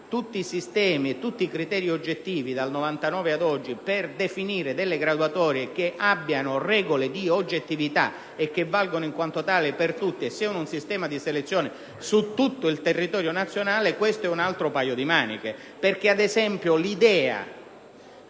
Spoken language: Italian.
tutti i sistemi e tutti i criteri oggettivi seguiti dal 1999 ad oggi per definire delle graduatorie basate su regole oggettive che valgano in quanto tali per tutti e costituiscano un sistema di selezione su tutto il territorio nazionale, è un altro paio di maniche. Ad esempio, l'idea